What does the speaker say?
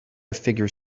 figure